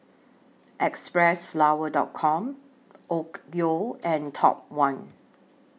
Xpressflower Dot Com Onkyo and Top one